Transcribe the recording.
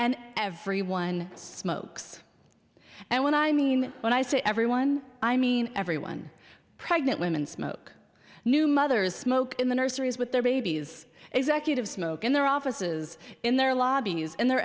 and everyone smokes and when i mean when i say everyone i mean everyone pregnant women smoke new mothers smoke in the nurseries with their babies executive smoke in their offices in their lobbying is in the